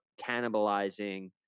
cannibalizing